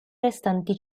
restanti